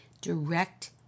direct